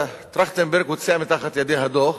וועדת-טרכטנברג הוציאה מתחת ידיה דוח